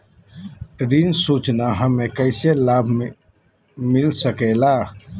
ऋण सूचना हमें कैसे लाभ मिलता सके ला?